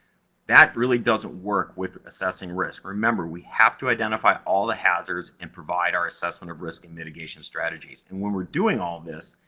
that really doesn't work with assessing risk. remember, we have to identify all the hazards, and provide our assessment of risk and mitigation strategies. and when we're doing all this,